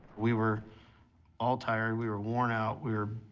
we were all tired. we were worn out. we were,